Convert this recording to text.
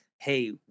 Hey